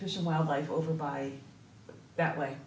fish and wildlife over by that way